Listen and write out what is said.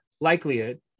likelihood